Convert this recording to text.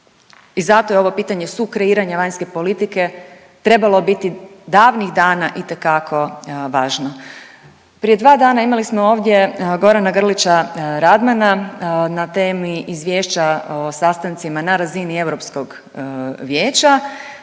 i zato je ovo pitanje sukreiranja vanjske politike trebalo biti davnih dana itekako važno. Prije dva dana imali smo ovdje Gorana Grlića Radmana na temi izvješća o sastancima na razini Europskog vijeća,